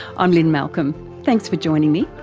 i'm lynne malcolm, thanks for joining me,